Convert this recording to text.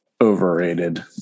overrated